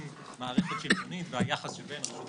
אנחנו מודים לכם שההנמקות שלכם לנושא הקודם התייחסו לנושא החוק.